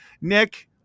Nick